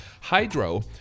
Hydro